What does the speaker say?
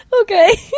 Okay